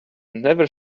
never